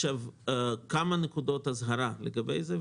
כמה נקודות אזהרה לגבי זה,